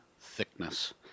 thickness